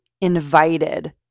invited